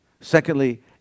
Secondly